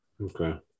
Okay